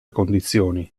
condizioni